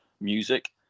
music